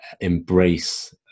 embrace